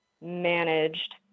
managed